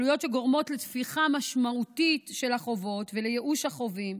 עלויות שגורמות לתפיחה משמעותית של החובות ולייאוש החייבים.